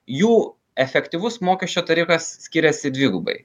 jų efektyvus mokesčio tarifas skiriasi dvigubai